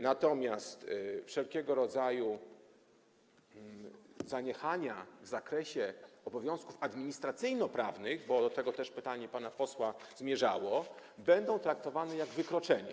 Natomiast wszelkiego rodzaju zaniechania w zakresie obowiązków administracyjnoprawnych - bo do tego też pytanie pana posła zmierzało - będą traktowane jak wykroczenie.